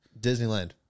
disneyland